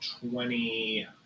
twenty